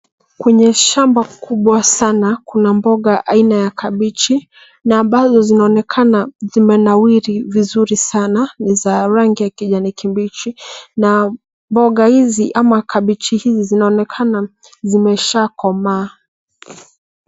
Kwenye shamba kubwa sana kuna mboga aina ya kabichi na ambazo zinaonekana zimenawiri vizuri sana ni za rangi ya kijani kibichi, na mboga hizi ama kabichi hizi zinaonekana zimeshakomaa.